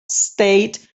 state